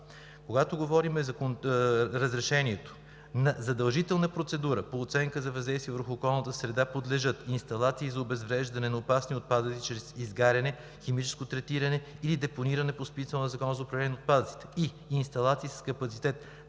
Когато говорим за разрешението, на задължителна процедура по оценка на въздействието върху околната среда подлежат: инсталации за обезвреждане на опасни отпадъци чрез изгаряне, химично третиране или депониране по смисъла на Закона за управление на отпадъците и инсталации с капацитет